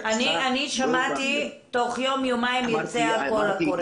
שמעתי שתוך יום-יומיים יצא קול קורא.